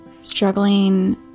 struggling